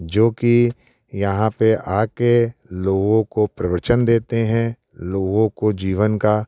जो कि यहाँ पे आ के लोगों को प्रवचन देते हैं लोगों को जीवन का